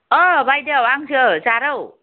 अ बायदेव आंसो जारौ